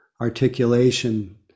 articulation